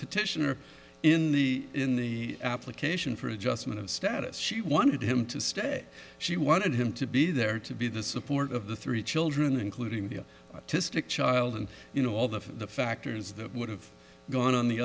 petitioner in the in the application for adjustment of status she wanted him to stay she wanted him to be there to be the support of the three children including to stick child and you know all the factors that would have gone on the